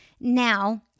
Now